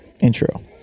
intro